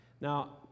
Now